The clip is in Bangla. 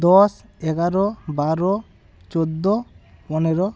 দশ এগারো বারো চোদ্দো পনেরো